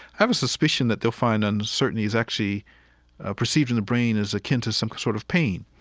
have a suspicion that they'll find uncertainty is actually ah perceived in the brain as akin to some sort of pain.